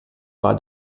war